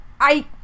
I-